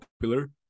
popular